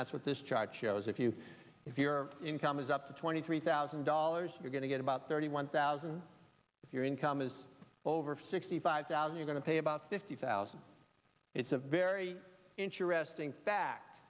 that's what this chart shows if you if you her income is up to twenty three thousand dollars you're going to get about thirty one thousand if your income is over sixty five thousand you're going to pay about fifty thousand it's a very interesting fact